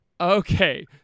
Okay